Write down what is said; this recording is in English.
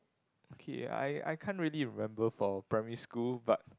okay I I can't really remember for primary school but